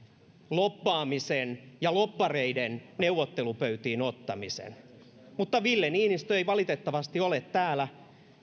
lobbaamisen ja lobbareiden neuvottelupöytiin ottamisen mutta ville niinistö ei valitettavasti ole täällä